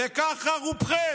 וככה רובכם.